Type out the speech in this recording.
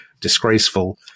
disgraceful